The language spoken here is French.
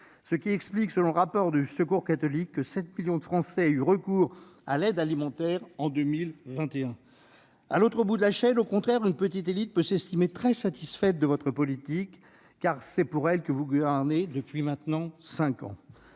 Cela explique, selon le rapport du Secours catholique, que 7 millions de Français aient eu recours à l'aide alimentaire en 2021. À l'autre bout de la chaîne, au contraire, une petite élite peut s'estimer très satisfaite de votre politique, car c'est pour elle que vous gouvernez depuis maintenant cinq ans.